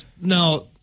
Now